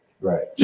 Right